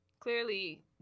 Clearly